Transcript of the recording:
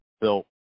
built